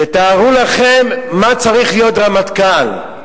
תתארו לכם מה צריך להיות רמטכ"ל?